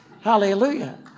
Hallelujah